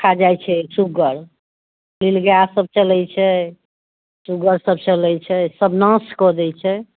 खा जाइत छै सुगर निल गाय सब चलैत छै सुगर सब चलैत छै सब नास कऽ दैत छै